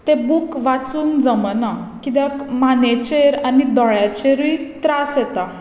ते बुक वाचून जमना कित्याक मानेचेर आनी दोळ्याचेरूय त्रास येता